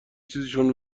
چیزشون